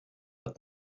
but